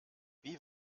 wie